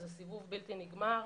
זה סיבוב בלתי נגמר.